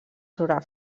sobre